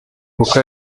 kuko